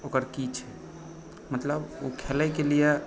ओकर की छै मतलब ओ खेलैके लिअ